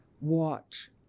watch